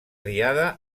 diada